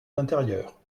l’intérieur